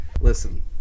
Listen